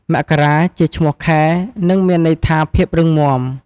មករា ជាឈ្មោះខែ និងមានន័យថា ភាពរឹងមាំ។